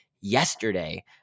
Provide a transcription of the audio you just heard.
yesterday